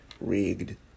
rigged